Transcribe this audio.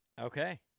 Okay